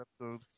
episode